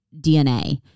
DNA